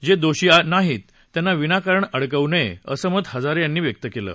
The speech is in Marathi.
ज व्रीषी नाहीत त्यांना विनाकारण अडकवू नय असं मत हजारय्रिनी व्यक्त कलि